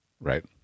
Right